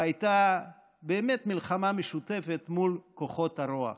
והייתה באמת מלחמה משותפת מול כוחות הרוע.